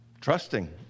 trusting